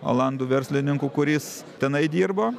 olandų verslininku kuris tenai dirbo